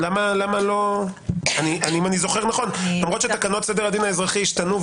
למרות שתקנות סדר הדין האזרחי השתנו,